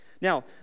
Now